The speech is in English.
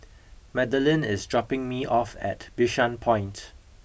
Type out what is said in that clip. Madelyn is dropping me off at Bishan Point